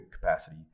capacity